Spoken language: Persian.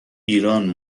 ایران